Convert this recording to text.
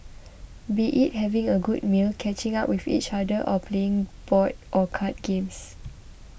be it having a good meal catching up with each other or playing board or card games